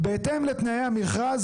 בהתאם לתנאי המכרז,